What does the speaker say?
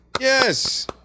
Yes